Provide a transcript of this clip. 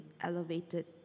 elevated